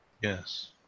Yes